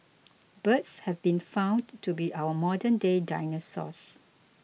birds have been found to be our modernday dinosaurs